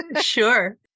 Sure